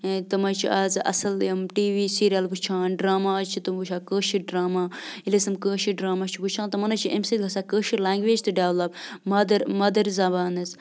یا تِم حظ چھِ آزٕ اَصٕل یِم ٹی وی سیٖریل وٕچھان ڈرٛاما حظ چھِ تِم وٕچھان کٲشِرۍ ڈرٛاما ییٚلہِ أسۍ تِم کٲشِرۍ ڈرٛاما چھِ وٕچھان تِمَن حظ چھِ اَمہِ سۭتۍ گژھان کٲشٕر لنٛگویج تہِ ڈٮ۪ولَپ مَدَر مَدَر زبان حظ